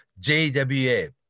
JWA